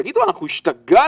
תגידו, אנחנו השתגענו?